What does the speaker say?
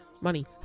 money